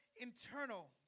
internal